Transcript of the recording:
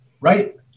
right